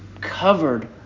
covered